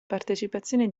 partecipazione